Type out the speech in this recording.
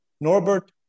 Norbert